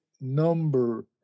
number